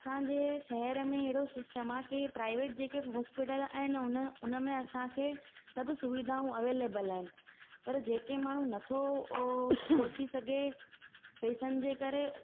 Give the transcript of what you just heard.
असांजे शहर में अहिड़ो सिस्टम आहे की प्राइवेट जेके हॉस्पिटल आहिनि उन उनमें असांखे सभु सुविधाऊं अवेलेबल आहिनि पर जेके माण्हू नथो ओ पहुची सघे पेसनि जे करे